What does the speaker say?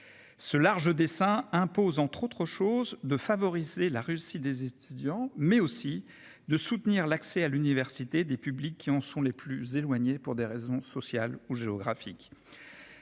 Ce large dessins impose entre autres choses, de favoriser la Russie des étudiants, mais aussi de soutenir l'accès à l'université des publics qui en sont les plus éloignés, pour des raisons sociales ou géographiques.